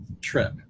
trip